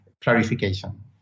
clarification